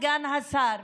סגן השר,